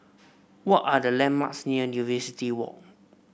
what are the landmarks near Walk